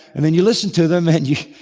and then you listen to them, and you.